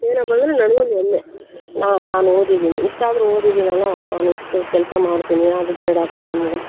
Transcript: ಏನಪ್ಪ ಅಂದ್ರೆ ನನ್ಗೊಂದು ಹೆಮ್ಮೆ ನಾನು ಓದಿದ್ದೀನಿ ಇಷ್ಟಾದರೂ ಓದಿದ್ದೀನಲ್ಲ ನಾನಿಷ್ಟು ಕೆಲಸ ಮಾಡ್ತೀನಿ ಅದು ಬೇಡಪ್ಪ ನಮ್ಗೆ